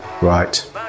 right